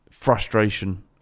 frustration